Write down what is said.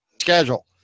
schedule